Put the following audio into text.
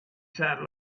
sat